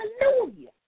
Hallelujah